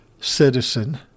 citizen